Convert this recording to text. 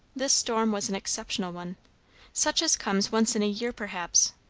this storm was an exceptional one such as comes once in a year perhaps,